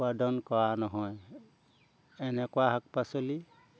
উৎপাদন কৰা নহয় এনেকুৱা শাক পাচলি